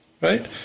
right